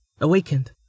Awakened